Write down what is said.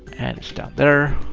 and it's down there.